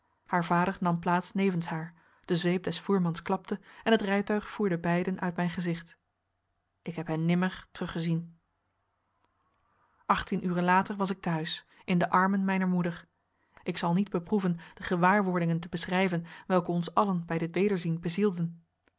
haar vader nam plaats nevens haar de zweep des voermans klapte en het rijtuig voerde beiden uit mijn gezicht ik heb hen nimmer teruggezien achttien uren later was ik te huis in de armen mijner moeder ik zal niet beproeven de gewaarwordingen te beschrijven welke ons allen bij dit wederzien bezielden